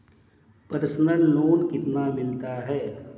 Personal loan कितना मिलता है?